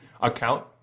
account